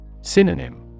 Synonym